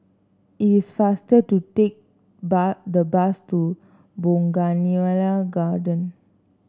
it is faster to take the bus to Bougainvillea Garden